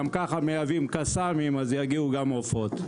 גם ככה מייבאים קסאמים אז יגיעו גם עופות.